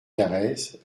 carrez